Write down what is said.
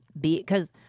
be—because